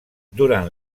durant